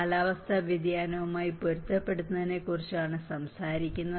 കാലാവസ്ഥാ വ്യതിയാനവുമായി പൊരുത്തപ്പെടുന്നതിനെക്കുറിച്ചാണ് സംസാരിക്കുന്നത്